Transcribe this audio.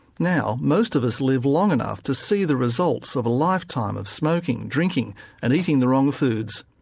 now most of us live long enough to see the results of a lifetime of smoking, drinking and eating the wrong foods.